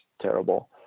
terrible